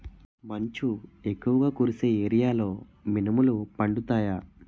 మంచు ఎక్కువుగా కురిసే ఏరియాలో మినుములు పండుతాయా?